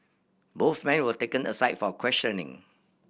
both men were taken aside for questioning